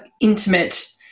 intimate